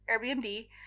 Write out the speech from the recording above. Airbnb